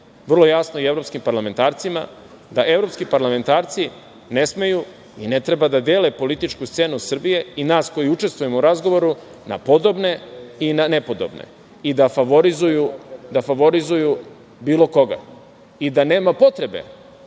vrlo jasno i evropskim parlamentarcima, da evropski parlamentarci ne smeju i ne treba da dele političku scenu Srbije i nas koji učestvujemo u razgovoru na podobne i na nepodobne i da favorizuju bilo koga i da nema potrebe